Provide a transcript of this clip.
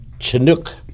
Chinook